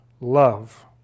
love